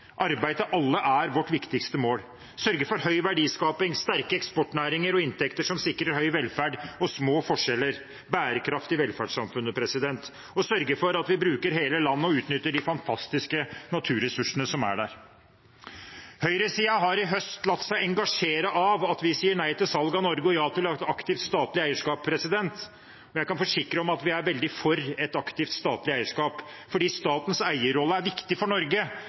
Arbeid til alle er vårt viktigste mål. Vi vil sørge for høy verdiskaping, sterke eksportnæringer og inntekter som sikrer høy velferd og små forskjeller, et bærekraftig velferdssamfunn. Vi vil sørge for at vi bruker hele landet og utnytter de fantastiske naturressursene som er der. Høyresiden har i høst latt seg engasjere av at vi sier nei til salg av Norge og ja til aktivt statlig eierskap. Jeg kan forsikre om at vi er veldig for et aktivt statlig eierskap fordi statens eierrolle er viktig for Norge,